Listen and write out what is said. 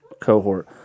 cohort